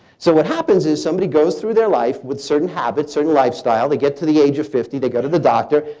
so what happens is somebody goes through their life with certain habits, certain lifestyle. they get to the age of fifty, they go to the doctor.